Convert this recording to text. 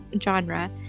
genre